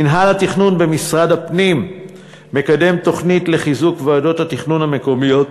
מינהל התכנון במשרד הפנים מקדם תוכנית לחיזוק ועדות התכנון המקומיות